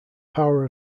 power